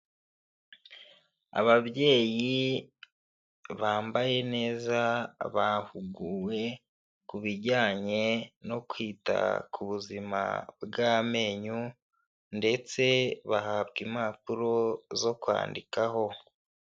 Ababyeyi bambaye neza bahuguwe ku bijyanye no kwita ku buzima bw'amenyo ndetse bahabwa impapuro zo kwandikaho.